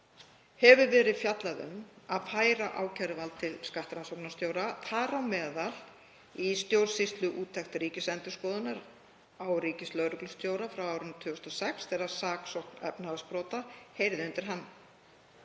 hefur verið fjallað um að færa ákæruvald til skattrannsóknarstjóra, þar á meðal í stjórnsýsluúttekt Ríkisendurskoðunar á ríkislögreglustjóra frá árinu 2006 þegar saksókn efnahagsbrota heyrði undir hann.